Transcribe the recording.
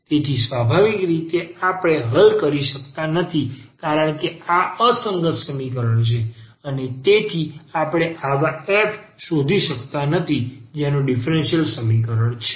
તેથી સ્વાભાવિક રીતે આપણે હલ કરી શકતા નથી કારણ કે આ અસંગત સમીકરણ છે અને તેથી આપણે આવા f શોધી શકતા નથી કે જેનો ડીફરન્સીયલ સમીકરણ છે